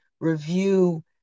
review